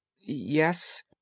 Yes